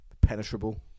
penetrable